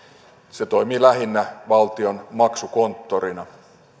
se toimii lähinnä valtion maksukonttorina